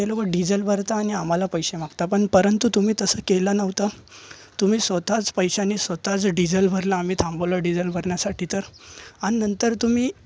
ते लोकं डिझेल भरतात आणि आम्हाला आम्हाला पैसे मागतात पण परंतु तुम्ही तसं केलं नव्हतं तुम्ही स्वतःच पैशाने स्वतःच डिझेल भरला आम्ही थांबवलं डिझेल भरण्यासाठी तर आणि नंतर तुम्ही